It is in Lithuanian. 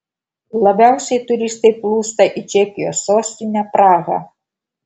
labiausiai turistai plūsta į čekijos sostinę prahą